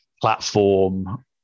platform